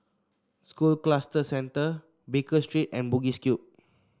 School Cluster Centre Baker Street and Bugis Cube